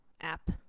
app